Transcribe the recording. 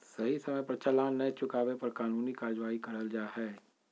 सही समय पर चालान नय चुकावे पर कानूनी कार्यवाही करल जा हय